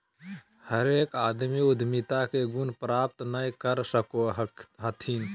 हरेक आदमी उद्यमिता के गुण प्राप्त नय कर सको हथिन